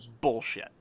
bullshit